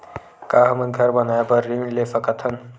का हमन घर बनाए बार ऋण ले सकत हन?